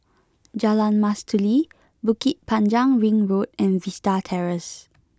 Jalan Mastuli Bukit Panjang Ring Road and Vista Terrace